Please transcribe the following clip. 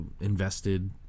invested